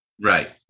Right